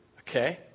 Okay